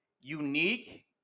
unique